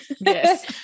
Yes